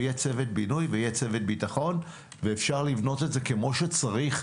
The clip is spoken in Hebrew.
ויהיה צוות בינוי ויהיה צוות ביטחון ואפשר לבנות את זה כמו שצריך,